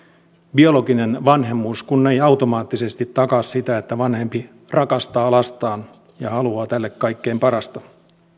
biologinen vanhemmuus kun ei automaattisesti takaa sitä että vanhempi rakastaa lastaan ja haluaa tälle kaikkein parasta